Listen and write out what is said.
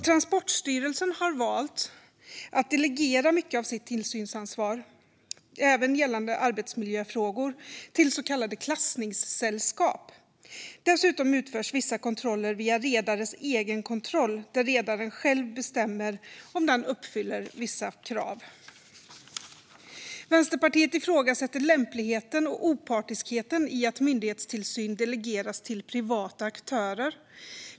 Transportstyrelsen har valt att delegera mycket av sitt tillsynsansvar, även gällande arbetsmiljöfrågor, till så kallade klassningssällskap. Dessutom utförs vissa kontroller via redares egenkontroll där redaren själv bestämmer om den uppfyller vissa krav. Vänsterpartiet ifrågasätter lämpligheten och opartiskheten i att myndighetstillsyn delegeras till privata aktörer.